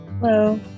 Hello